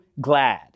glad